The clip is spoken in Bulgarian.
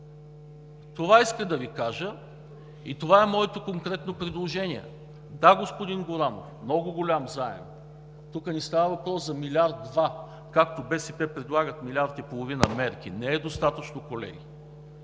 Това исках да Ви кажа, това е моето конкретно предложение. (Реплики.) Да, господин Горанов, много голям заем. Тук не става въпрос за милиард-два, както БСП предлагат – милиард и половина мерки. Не е достатъчно, колеги,